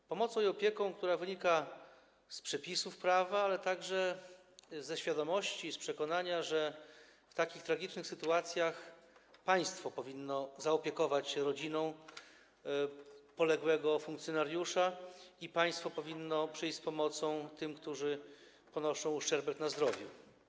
Ta pomoc i opieka, wynikają z przepisów prawa, ale także ze świadomości, z przekonania, że w takich tragicznych sytuacjach państwo powinno zaopiekować się rodziną poległego funkcjonariusza i przyjść z pomocą tym, którzy ponoszą uszczerbek na zdrowiu.